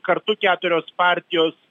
kartu keturios partijos